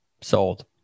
sold